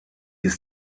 ist